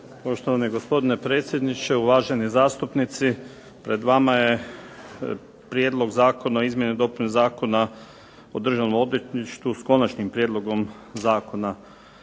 Poštovani gospodine predsjedniče, uvaženi zastupnici. Pred vama je Prijedlog zakona o izmjeni i dopuni Zakona o Državnom odvjetništvu, s konačnim prijedlogom zakona.